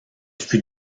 fût